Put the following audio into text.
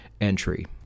entry